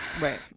Right